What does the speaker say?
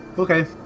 Okay